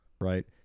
right